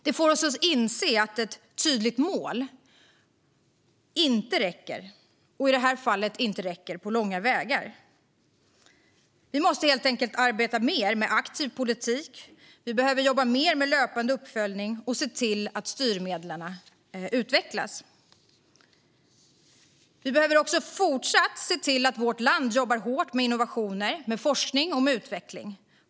Den får oss att inse att ett tydligt mål inte räcker, och i det här fallet inte räcker på långa vägar. Vi måste helt enkelt arbeta mer med aktiv politik. Vi behöver jobba mer med löpande uppföljning och se till att styrmedlen utvecklas. Vi behöver också fortsatt se till att vårt land jobbar hårt med innovationer, forskning och utveckling.